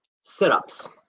sit-ups